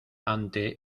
ante